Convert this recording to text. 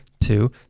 Two